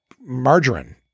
margarine